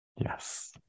Yes